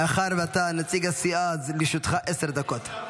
מאחר שאתה נציג הסיעה, אז לרשותך עשר דקות.